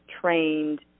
trained